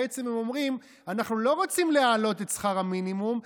בעצם הם אומרים: אנחנו לא רוצים להעלות את שכר המינימום,